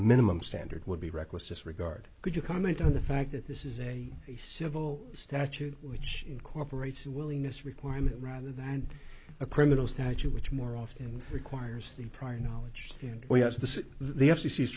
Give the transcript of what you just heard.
minimum standard would be reckless disregard could you comment on the fact that this is a civil statute which incorporates a willingness requirement rather than a criminal statute which more often requires the prior knowledge than we have the the f